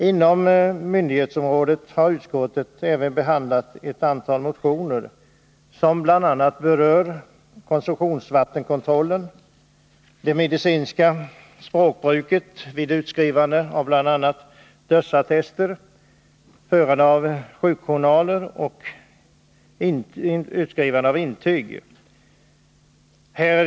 Inom myndighetsområdet har utskottet även behandlat ett antal motioner som bl.a. berör konsumtionsvattenkontroll, det medicinska språkbruket vid utskrivandet av dödsattester, förandet av sjukjournaler, utskrivandet av intyg o. d.